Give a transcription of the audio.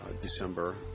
December